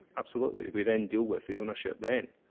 absolutely, we then deal with the ownership then.